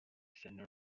senior